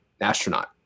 astronaut